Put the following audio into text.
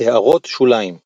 הערות שוליים ==